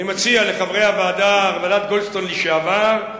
אני מציע לחברי ועדת גולדסטון לשעבר,